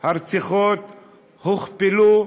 הרציחות הוכפלו,